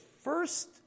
first